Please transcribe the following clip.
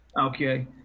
Okay